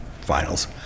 finals